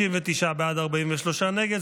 59 בעד, 43 נגד.